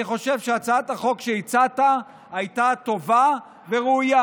אני חושב שהצעת החוק שהצעת הייתה טובה וראויה.